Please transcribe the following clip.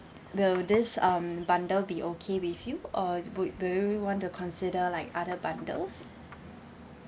will this um bundle be okay with you or would would do you want to consider like other bundles